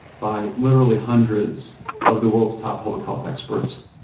by literally hundreds of the world's top public health experts.